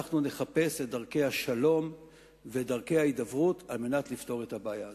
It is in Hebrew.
אנחנו נחפש את דרכי השלום ודרכי ההידברות על מנת לפתור את הבעיה הזאת.